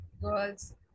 Girls